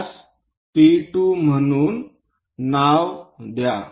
त्यास P2 म्हणूया